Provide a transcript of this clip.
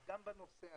אז גם בנושא הזה,